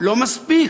לא מספיק.